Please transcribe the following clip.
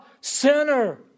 sinner